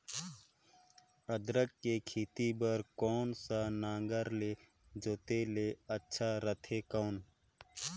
अदरक के खेती बार कोन सा नागर ले जोते ले अच्छा रथे कौन?